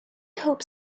hope